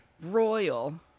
Royal